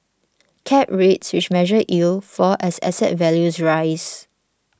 cap rates which measure yield fall as asset values rise